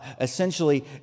essentially